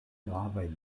gravaj